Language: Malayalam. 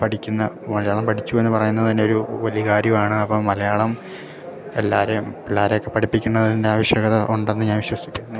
പഠിക്കുന്ന മലയാളം പഠിച്ചു എന്ന് പറയുന്നത് തന്നെ ഒരു വലിയ കാര്യമാണ് അപ്പം മലയാളം എല്ലാരേം പിള്ളേരെയൊക്കെ പഠിപ്പിക്കുന്നതിൻ്റെ ആവശ്യകത ഉണ്ടെന്ന് ഞാൻ വിശ്വസിക്കുന്നു